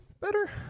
better